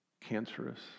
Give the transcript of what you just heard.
cancerous